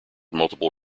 multiple